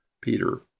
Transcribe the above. Peter